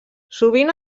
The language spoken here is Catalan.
sovint